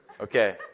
Okay